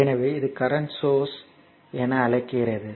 எனவே இது current source ஐ என்ன அழைக்கிறது